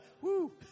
Woo